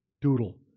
Doodle